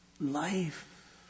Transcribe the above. life